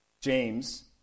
James